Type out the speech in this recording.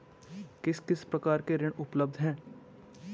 किस किस प्रकार के ऋण उपलब्ध हैं?